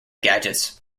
gadgets